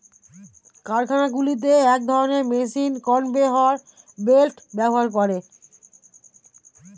কারখানাগুলোতে এক ধরণের মেশিন কনভেয়র বেল্ট ব্যবহার করে